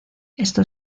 esto